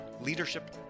leadership